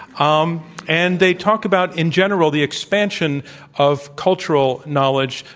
um and they talked about, in general, the expansion of cultural knowledge,